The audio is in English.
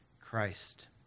Christ